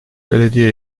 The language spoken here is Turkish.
belediye